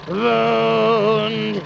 wound